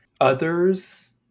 others